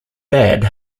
bad